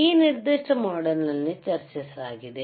ಈ ನಿರ್ದಿಷ್ಟ ಮಾಡ್ಯೂಲ್ ನಲ್ಲಿ ಚರ್ಚಿಸಲಾಗಿದೆ